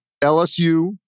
LSU